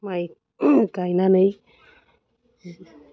माइ गायनानै